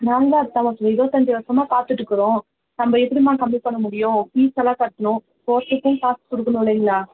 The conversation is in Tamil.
நான்தான் இருபத்தஞ்சி வருஷமா பார்த்துட்டுக்குறோம் நம்ம எப்படிம்மா கம்மி பண்ண முடியும் ஃபீஸ்ஸெல்லாம் கட்டணும் கோர்ட்டுக்கும் காசு கொடுக்கணும் இல்லைங்களா